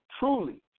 Truly